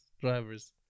drivers